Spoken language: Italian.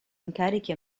incarichi